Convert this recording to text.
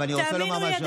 אני רוצה לומר משהו.